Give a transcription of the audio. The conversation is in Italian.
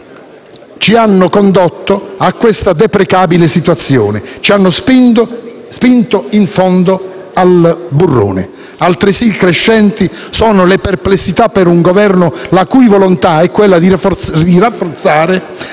ci hanno condotto a questa deprecabile situazione; ci hanno spinto in fondo al burrone. Altresì crescenti sono le perplessità per un Governo la cui volontà è quella di rafforzare